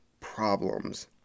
problems